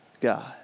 God